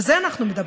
על זה אנחנו מדברים.